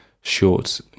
short